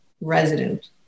resident